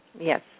Yes